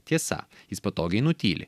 tiesa jis patogiai nutyli